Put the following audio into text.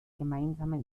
gemeinsamen